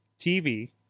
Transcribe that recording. TV